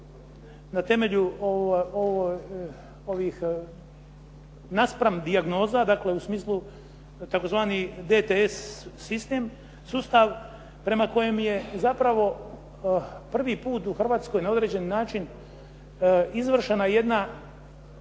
plaćanja bolnica naspram dijagnoza u smislu tzv. DTS sustav prema kojem je zapravo prvi put u Hrvatskoj na određen način izvršena jedna